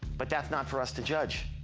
but that's not for us to judge.